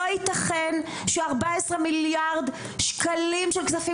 לא ייתכן ש-14 מיליארד שקלים של כספים